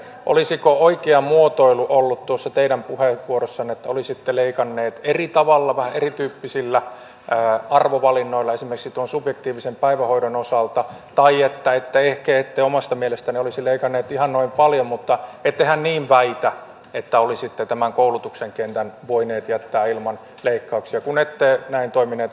olisiko oikea muotoilu sitten ollut tuossa teidän puheenvuorossanne että olisitte leikanneet eri tavalla vähän erityyppisillä arvovalinnoilla esimerkiksi tuon subjektiivisen päivähoidon osalta tai että ette ehkä omasta mielestänne olisi leikanneet ihan noin paljon mutta ettehän niin väitä että olisitte tämän koulutuksen kentän voineet jättää ilman leikkauksia kun ette näin toimineet vaaliohjelmassannekaan